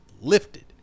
lifted